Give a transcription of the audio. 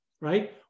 right